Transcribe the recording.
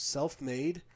Self-Made